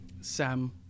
Sam